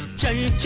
tell you.